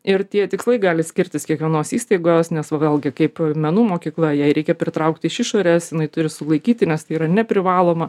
ir tie tikslai gali skirtis kiekvienos įstaigos nes va vėlgi kaip menų mokykla jai reikia pritraukt iš išorės jinai turi sulaikyti nes tai yra neprivaloma